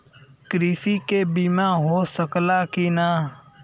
कृषि के बिमा हो सकला की ना?